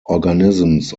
organisms